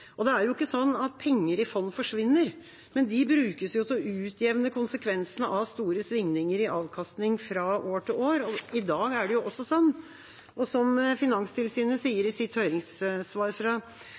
privatkunder. Det er jo ikke sånn at penger i fond forsvinner, men de brukes til å utjevne konsekvensene av store svingninger i avkastning fra år til år. I dag er det også sånn. Som Finanstilsynet